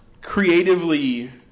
creatively